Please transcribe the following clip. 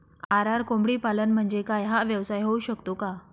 RR कोंबडीपालन म्हणजे काय? हा व्यवसाय होऊ शकतो का?